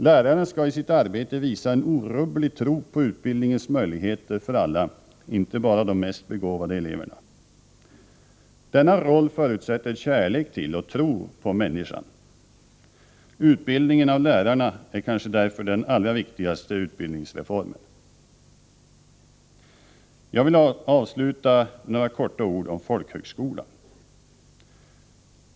Läraren skall i sitt arbete visa en orubblig tro på utbildningens möjligheter för alla — inte bara för de mest begåvade eleverna. Denna roll förutsätter kärlek till och tro på människan. Utbildningen av lärarna är kanske därför den allra viktigaste utbildningsreformen. Jag vill avsluta med några få ord om folkhögskolan.